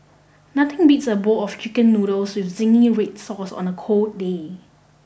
nothing beats a bowl of chicken noodles with zingy red sauce on a cold day